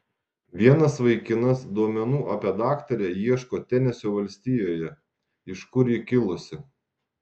vienas vaikinas duomenų apie daktarę ieško tenesio valstijoje iš kur ji kilusi